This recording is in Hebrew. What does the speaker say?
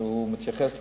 חוצפה שהוא מתייחס לזה,